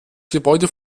gebäude